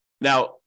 Now